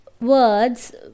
words